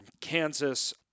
Kansas